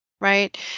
right